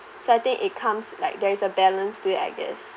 so I think it comes like there is a balance to it I guess